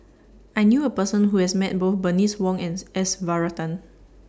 I knew A Person Who has Met Both Bernice Wong Ans S Varathan